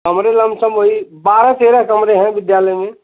कमरे लमसम वही बारह तेरह कमरे हैं विद्यालय में